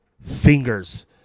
fingers